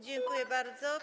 Dziękuję bardzo.